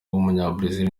w’umunyabrazil